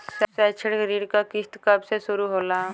शैक्षिक ऋण क किस्त कब से शुरू होला?